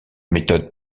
méthode